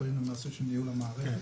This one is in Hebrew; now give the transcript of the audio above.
מספרים למעשה של ניהול המערכת.